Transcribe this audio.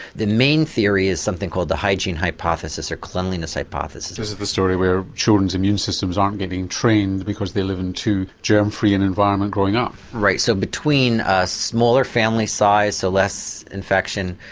the main theory is something called the hygiene hypothesis or cleanliness hypothesis. this is the story where children's immune systems aren't getting trained because they live in a too germ free and environment growing up. right, so between a smaller family size the less infection,